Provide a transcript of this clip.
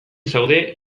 zaude